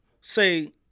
say